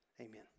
amen